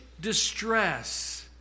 distress